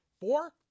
four